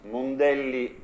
Mondelli